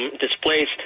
displaced